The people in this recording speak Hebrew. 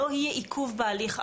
לא יהיה עיכוב בהליך.